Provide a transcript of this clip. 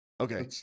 Okay